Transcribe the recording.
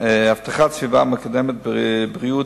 הבטחת סביבה מקדמת בריאות,